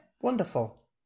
wonderful